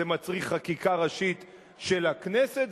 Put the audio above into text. זה מצריך חקיקה ראשית של הכנסת,